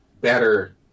better